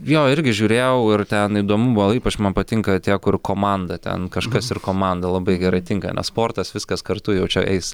jo irgi žiūrėjau ir ten įdomu buvo ypač man patinka tie kur komanda ten kažkas ir komanda labai gerai tinka nes sportas viskas kartu jau čia eis